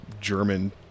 German